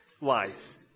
life